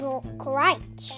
great